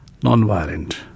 nonviolent